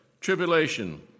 tribulation